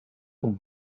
und